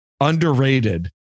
underrated